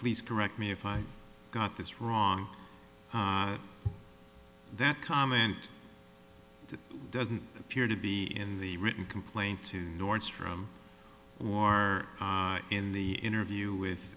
please correct me if i got this wrong that comment doesn't appear to be in the written complaint to nordstrom in the interview with